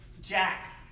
Jack